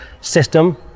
system